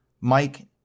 Mike